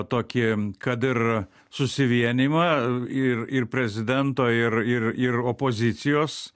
tokį kad ir susivienijimą ir ir prezidento ir ir ir opozicijos